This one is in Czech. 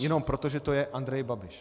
Jenom proto, že to je Andrej Babiš.